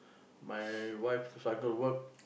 my wife struggle work